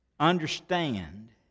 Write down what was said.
Understand